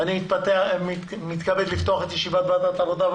אני מתכבד לפתוח את ישיבת ועדת העבודה,